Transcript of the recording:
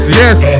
yes